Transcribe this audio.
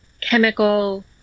chemical